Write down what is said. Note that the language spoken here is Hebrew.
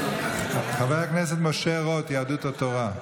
חבר הכנסת משה רוט, יהדות התורה,